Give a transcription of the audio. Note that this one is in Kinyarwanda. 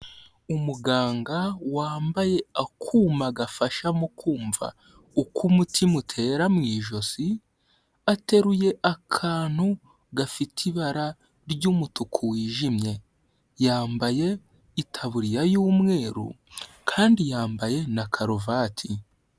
Umuganga wambaye akuma gafasha mu kumva uko umutima utera mu ijosi, ateruye akantu gafite ibara ry'umutuku wijimye, yambaye itaburiya y'umweru kandi yambaye na karuvati.